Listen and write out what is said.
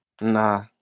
Nah